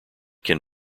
can